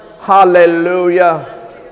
Hallelujah